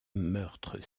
meurtres